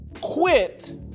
quit